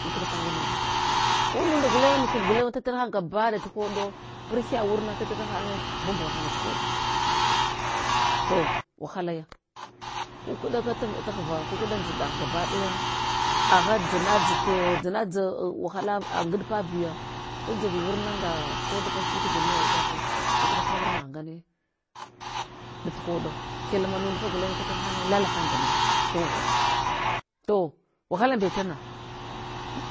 Tutɗahan wurnagha, undunda gulenye nuhub gulenye tatɗahan gabadaya dat tuhoɗo purhya wurna tat ɗa hanye bun bugha han dat tuhoɗ to wahalaya, kukɗakat ta ghva kukɗa ndziɗagh gabaɗaya, agha dzana dza wahala ngaɗpa vuya, da dzovi wurna anga ko da pahiyuti da mewaɗkako tatɗa han wurnagh ngane dat hoɗa kyalma nu nuha gulenye tat ɗa hanye lalahan damish dan ghwa, to wahalan mbetana,